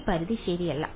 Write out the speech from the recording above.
ഈ പരിധി ശരിയല്ല